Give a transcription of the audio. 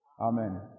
Amen